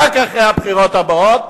רק אחרי הבחירות הבאות,